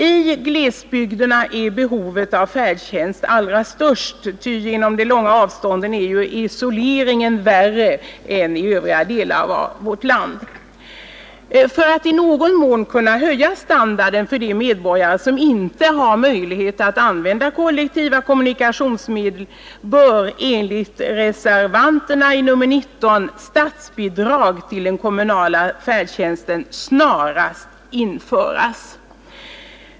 I glesbygderna är behovet av färdtjänst allra störst. Genom de långa avstånden är ju isoleringen värre än i övriga delar av vårt land. För att i någon mån kunna höja standarden för medborgare som inte har möjlighet att använda kollektiva kommunikationsmedel bör, enligt reservanterna i reservationen 19, statsbidrag till den kommunala färdtjänsten snarast införas.